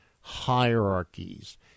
hierarchies